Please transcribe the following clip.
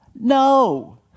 No